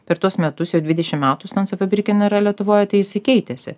per tuos metus jau dvidešim metų stanse fabriken yra lietuvoje tai jisai keitėsi